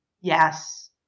Yes